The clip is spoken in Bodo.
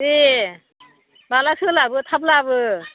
दे माब्लाथो लाबो थाब लाबो